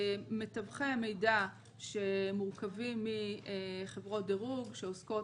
מתווכי מידע שמורכבים מחברות דירוג שעוסקות